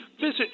visit